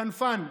חנפן,